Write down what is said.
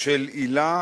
של עילה